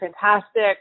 fantastic